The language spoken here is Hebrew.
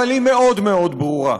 אבל היא מאוד מאוד ברורה,